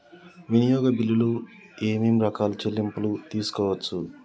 వినియోగ బిల్లులు ఏమేం రకాల చెల్లింపులు తీసుకోవచ్చు?